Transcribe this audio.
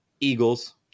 eagles